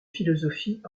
philosophie